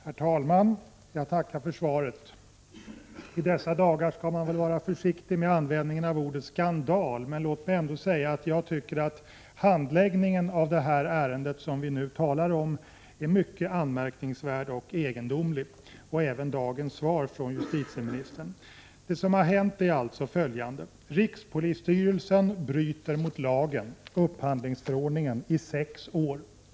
Herr talman! Jag tackar för svaret. I dessa dagar skall man väl vara försiktig med användningen av ordet skandal, men låt mig ändå säga att jag tycker att handläggningen av det ärende vi nu talar om är mycket anmärkningsvärd och egendomlig — det är även dagens svar från justitieministern. Vad som har hänt är följande. Rikspolisstyrelsen bryter mot lagen, upphandlingsförordningen, i sex år.